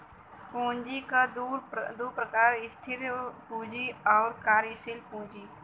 पूँजी क दू प्रकार स्थिर पूँजी आउर कार्यशील पूँजी